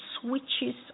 switches